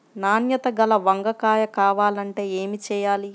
నాణ్యత గల వంగ కాయ కావాలంటే ఏమి చెయ్యాలి?